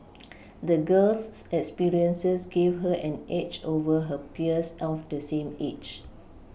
the girl's experiences gave her an edge over her peers of the same age